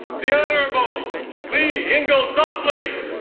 the honorable leigh ingalls saufley.